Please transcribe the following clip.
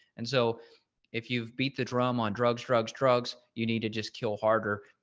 and so if you've beat the drum on drugs, drugs, drugs, you need to just kill harder,